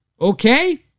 Okay